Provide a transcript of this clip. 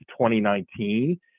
2019